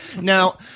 Now